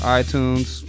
iTunes